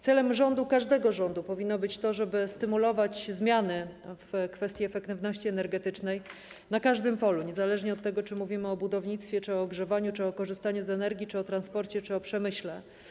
Celem każdego rządu powinno być to, żeby stymulować zmiany w kwestii efektywności energetycznej na każdym polu, niezależnie od tego, czy mówimy o budownictwie, czy o ogrzewaniu, czy o korzystaniu z energii, czy o transporcie, czy o przemyśle.